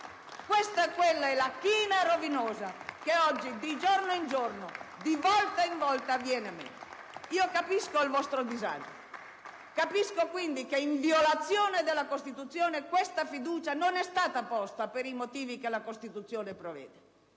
Questa è la china rovinosa che oggi, di giorno in giorno, di volta in volta accelera. Capisco il vostro disagio. Capisco quindi che, in violazione della Costituzione, questa fiducia non è stata posta per i motivi che la Costituzione prevede,